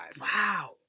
Wow